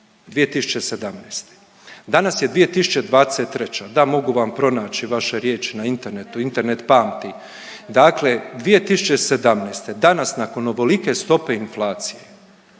2017. Danas je 2023., da, mogu vam pronaći vaše riječi na internetu, internet pamti, dakle 2017., danas, nakon ovolike stope inflacije,